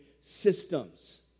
systems